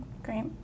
Great